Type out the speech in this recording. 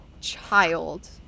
child